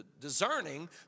discerning